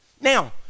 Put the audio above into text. Now